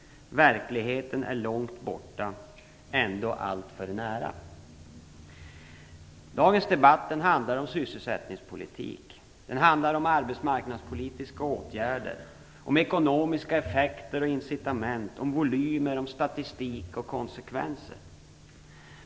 Verkligheten är långt borta. Ändå alltför nära." Dagens debatt handlar om sysselsättningspolitik. Den handlar om arbetsmarknadspolitiska åtgärder, om ekonomiska effekter och incitament, om volymer, statistik och konsekvenser.